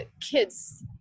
kids